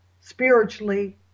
spiritually